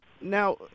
Now